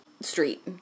street